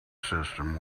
system